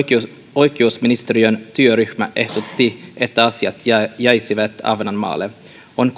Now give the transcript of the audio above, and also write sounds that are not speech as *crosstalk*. oikeusministeriön työryhmä ehdotti että asiat jäisivät ahvenanmaalle on *unintelligible*